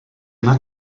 yna